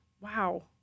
wow